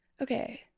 okay